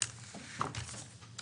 תודה רבה.